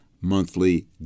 monthly